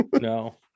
no